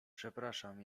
przepraszam